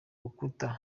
rukuta